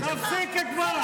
תפסיקי כבר.